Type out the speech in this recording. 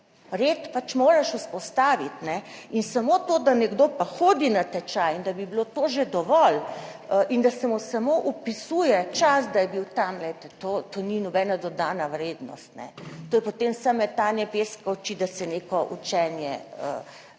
red pač moraš vzpostaviti. Samo to, da nekdo pa hodi na tečaj in da bi bilo to že dovolj in da se mu samo opisuje čas, da je bil tam, glejte, to to ni nobena dodana vrednost, to je, potem se me ta ne peska v oči, da se neko učenje